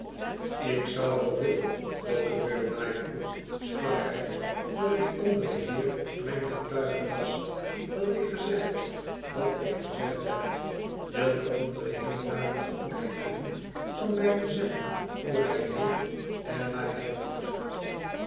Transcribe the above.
lik zou wel wiluen procureur lightwood sprak hij dat die andere heer mijn getuige was dat ik gezegd heb wat ik gezegd heb wil de andere heer daarom de goedheid hebben van mij te zeggen hoe hij heet en waar hij woont